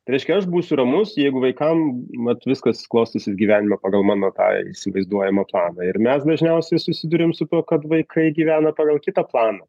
tai reiškia aš būsiu ramus jeigu vaikam vat viskas klostysis gyvenime pagal mano tą įsivaizduojamą planą ir mes dažniausiai susiduriam su tuo kad vaikai gyvena pagal kitą planą